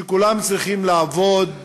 שכולם צריכים לעבוד,